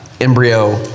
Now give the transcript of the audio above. embryo